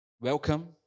welcome